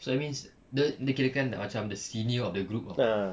so that means dia dia kirakan macam the senior of the group [tau]